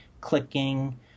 clicking